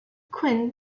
quinn